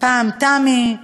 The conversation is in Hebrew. פעם תמ"י,